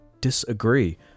disagree